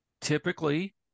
Typically